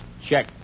Check